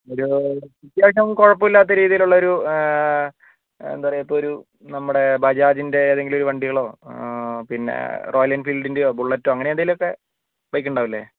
ഒരു അത്യാവശ്യം കുഴപ്പമില്ലാത്ത രീതിയിൽ ഉള്ള ഒരു എന്താണ് പറയുക ഇപ്പോൾ ഒരു നമ്മുടെ ബജാജിൻ്റെ ഏതെങ്കിലും ഒരു വണ്ടികളോ ആ പിന്നെ റോയൽ എൻഫീൽഡിന്റെയോ ബുള്ളറ്റോ അങ്ങനെ എന്തെങ്കിലുമൊക്കെ ബൈക്ക് ഉണ്ടാവില്ലേ